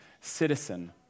citizen